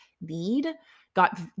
need—got